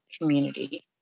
community